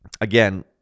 again